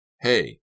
Hey